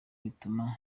bituma